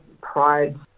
pride